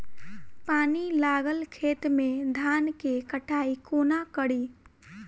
पानि लागल खेत मे धान केँ कटाई कोना कड़ी?